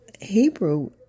Hebrew